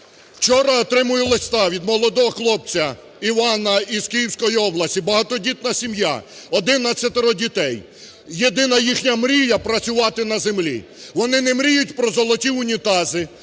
Вчора отримую листа від молодого хлопця Івана із Київської області. Багатодітна сім'я, одинадцятеро дітей. Єдина їхня мрія – працювати на землі. Вони не мріють про золоті унітази,